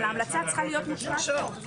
אבל ההמלצה צריכה להיות מוצבעת בוועדה.